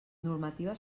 normativa